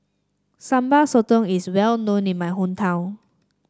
Sambal Sotong is well known in my hometown